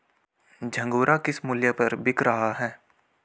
झंगोरा किस मूल्य पर बिक रहा है?